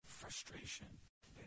frustration